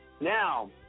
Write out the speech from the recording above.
Now